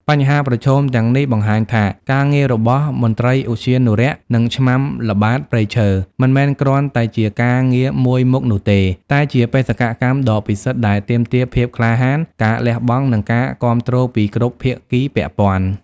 បញ្ហាប្រឈមទាំងនេះបង្ហាញថា ការងាររបស់មន្ត្រីឧទ្យានុរក្ស និងឆ្មាំល្បាតព្រៃឈើ មិនមែនគ្រាន់តែជាការងារមួយមុខនោះទេ តែជាបេសកកម្មដ៏ពិសិដ្ឋដែលទាមទារភាពក្លាហាន ការលះបង់ និងការគាំទ្រពីគ្រប់ភាគីពាក់ព័ន្ធ។